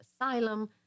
asylum